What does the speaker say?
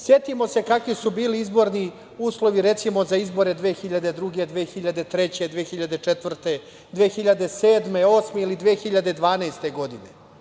Setimo se kakvi su bili izborni uslovi, recimo, za izbore 2002, 2003, 2004, 2007, 2008. ili 2012. godine.